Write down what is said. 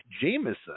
Jameson